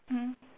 mmhmm